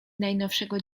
najnowszego